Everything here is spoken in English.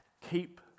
keep